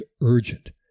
urgent